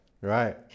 Right